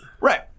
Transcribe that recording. Right